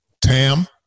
Tam